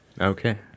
Okay